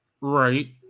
Right